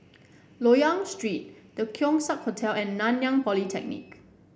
Loyang Street The Keong Saik Hotel and Nanyang Polytechnic